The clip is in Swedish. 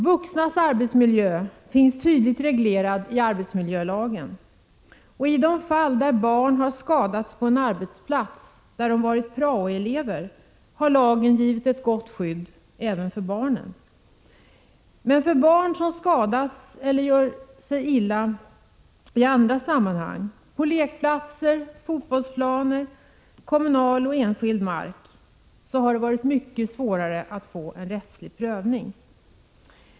Vuxnas arbetsmiljö finns tydligt reglerad i arbetsmiljölagen. I de fall där barn har skadats på en arbetsplats där de varit prao-elever har lagen givit ett gott skydd även för barn. När barn skadas eller gör sig illa i andra sammanhang, t.ex. på lekplatser eller fotbollsplaner på kommunal och enskild mark, har det emellertid varit mycket svårare att få en rättslig prövning.